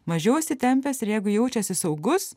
mažiau įsitempęs ir jeigu jaučiasi saugus